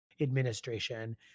administration